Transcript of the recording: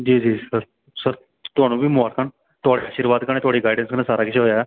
जी जी sir sir तुहानूं बी ममरखां न तुआढ़े आशीर्वाद कन्नै तुआढ़ी गाइडैंस कन्नै सारा किश होएआ ऐ